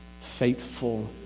Faithful